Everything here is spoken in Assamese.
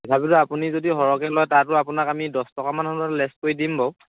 তথাপিতো আপুনি যদি সৰহকৈ লয় তাতো আপোনাক আমি দহ টকামান হ'লেও লেচ কৰি দিম বাৰু